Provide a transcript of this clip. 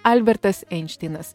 albertas einšteinas